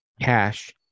cash